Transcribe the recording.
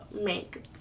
make